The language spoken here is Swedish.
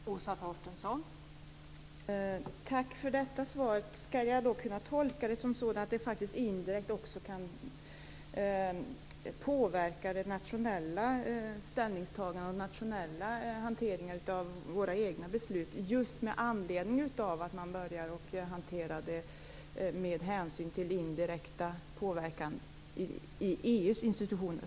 Fru talman! Tack för det svaret. Ska jag tolka det som att detta indirekt också kan påverka nationella ställningstaganden och nationella hanteringar av våra egna beslut, just med anledning av att man börjar hantera saker med hänsyn till denna indirekta påverkan i EU:s institutioner?